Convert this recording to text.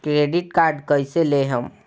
Credit card कईसे लेहम?